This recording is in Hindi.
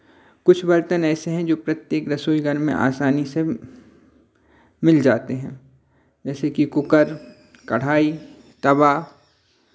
कुछ बर्तन ऐसे हैं जो प्रत्येक रसोईघर में आसानी से मिल जाते हैं जैसे कि कुकर कड़ाही तवा